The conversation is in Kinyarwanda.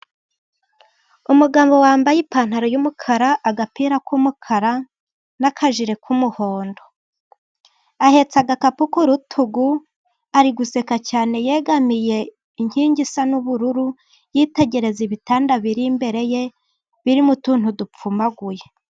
I Umugabo wambaye ipantaro y'umukara, agapira k'umukara n'akajire k'umuhondo. Ahetse agakapu ku rutugu, ari guseka cyane yegamiye inkingi isa n'ubururu, yitegereza ibitanda biri imbere ye birimo utuntu dupfumaguye.